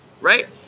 Right